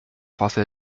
fase